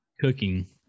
cooking